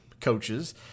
coaches